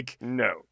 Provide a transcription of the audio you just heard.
No